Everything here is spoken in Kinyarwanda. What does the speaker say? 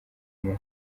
mama